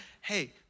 hey